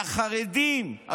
את החרדים,